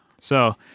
So-